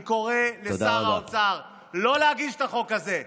אני קורא לשר האוצר לא להגיש את החוק הזה.